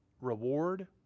reward